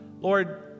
Lord